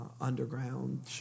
underground